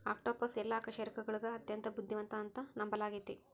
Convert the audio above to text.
octopus ಎಲ್ಲಾ ಅಕಶೇರುಕಗುಳಗ ಅತ್ಯಂತ ಬುದ್ಧಿವಂತ ಅಂತ ನಂಬಲಾಗಿತೆ